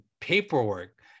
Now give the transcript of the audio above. paperwork